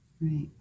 right